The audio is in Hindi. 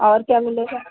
और क्या मिलेगा